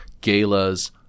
galas